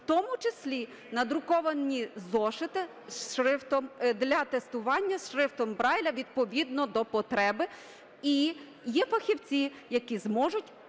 в тому числі надруковані зошити для тестування з шрифтом Брайля, відповідно до потреби. І є фахівці, які зможуть